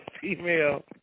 female